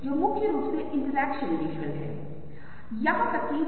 इसलिए लाइनों को परिवर्तित करते हुए आप उन्हें यहां देख सकते हैं